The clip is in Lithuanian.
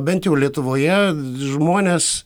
bent jau lietuvoje žmonės